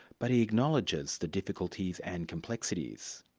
but he acknowledges the difficulties and complexities.